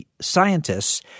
scientists